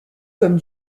comme